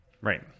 Right